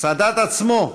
סאדאת עצמו,